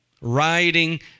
Riding